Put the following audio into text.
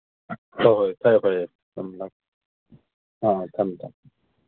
ꯍꯣꯏ ꯍꯣꯏ ꯐꯔꯦ ꯐꯔꯦ ꯊꯝꯂꯦ ꯑꯥ ꯑꯥ ꯊꯝꯃꯦ ꯊꯝꯃꯦ